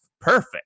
perfect